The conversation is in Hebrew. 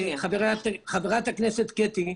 חברת הכנסת קטי,